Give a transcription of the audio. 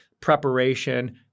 preparation